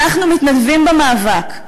אנחנו מתנדבים במאבק.